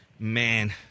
man